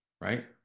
right